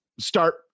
start